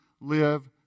live